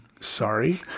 sorry